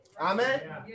Amen